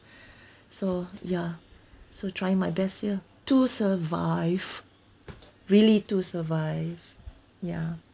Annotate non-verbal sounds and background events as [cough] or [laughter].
[breath] so ya so trying my best here to survive really to survive ya